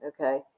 okay